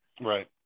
Right